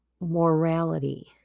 morality